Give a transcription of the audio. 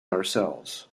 ourselves